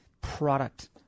product